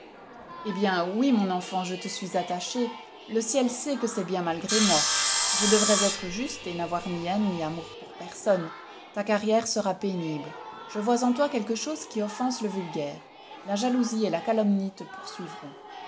eh bien oui mon enfant je te suis attaché le ciel sait que c'est bien malgré moi je devrais être juste et n'avoir ni haine ni amour pour personne ta carrière sera pénible je vois en toi quelque chose qui offense le vulgaire la jalousie et la calomnie te poursuivront